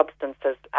substances